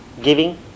Giving